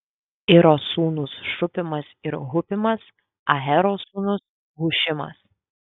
iro sūnūs šupimas ir hupimas ahero sūnus hušimas